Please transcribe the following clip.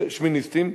שמיניסטים,